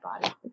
body